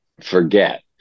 forget